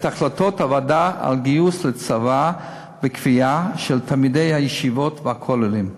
החלטות הוועדה על גיוס לצבא בכפייה של תלמידי הישיבות והכוללים.